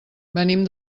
venim